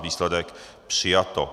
Výsledek: přijato.